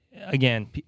again